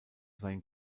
sein